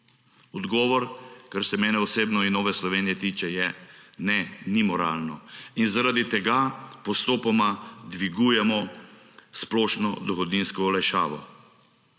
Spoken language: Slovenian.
Odgovor, kar se mene osebno in Nove Slovenije tiče, je ne, ni moralno in zaradi tega postopoma dvigujemo splošno dohodninsko olajšavo.